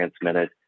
transmitted